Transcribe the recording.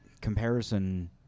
comparison